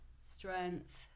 strength